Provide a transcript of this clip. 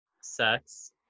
sex